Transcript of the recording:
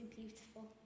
beautiful